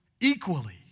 equally